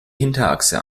hinterachse